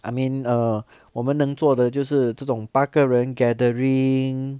I mean err 我们能做的就是这种八个人 gathering